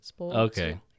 Okay